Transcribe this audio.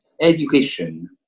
education